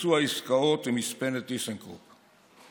לביצוע עסקאות עם מספנת טיסנקרופ.